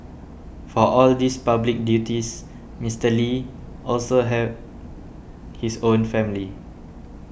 for all his public duties Mister Lee also had his own family